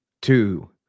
two